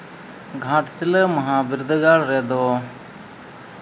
ᱜᱷᱟᱴᱥᱤᱞᱟᱹ ᱢᱚᱦᱟ ᱵᱤᱨᱫᱟᱹᱜᱟᱲ ᱨᱮᱫᱚ